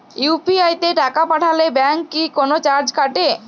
UPI তে টাকা পাঠালে ব্যাংক কি কোনো চার্জ কাটে?